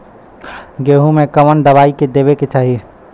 गेहूँ मे कवन दवाई देवे के चाही?